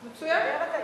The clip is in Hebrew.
מצוין.